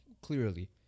Clearly